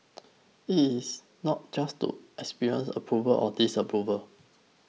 it is not just expressing approval or disapproval